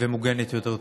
ומוגנת יותר.